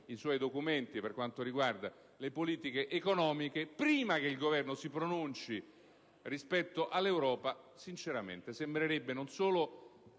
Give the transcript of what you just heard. i suoi documenti per quanto riguarda le politiche economiche) prima che il Governo si pronunci rispetto all'Europa, sarebbe non solo